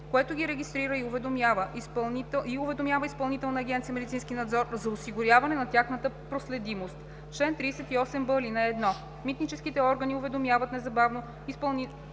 което ги регистрира и уведомява Изпълнителна агенция „Медицински надзор“ за осигуряване на тяхната проследимост. Чл. 38б. (1) Митническите органи уведомяват незабавно изпълнителния